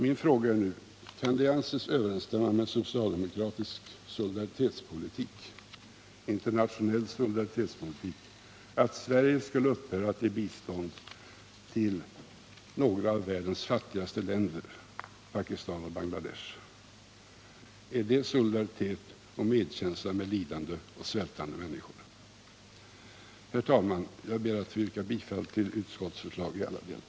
Min fråga är nu: Kan det anses överensstämma med socialdemokratisk internationell solidaritetspolitik att Sverige skulle upphöra att ge bistånd till några av världens fattigaste länder, Pakistan och Bangladesh? Är det solidaritet och medkänsla med lidande och svältande människor? Herr talman! Jag ber att få yrka bifall till utskottets förslag i alla delar.